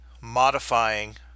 modifying